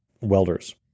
welders